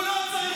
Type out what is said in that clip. הוא לא ידע.